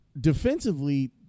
defensively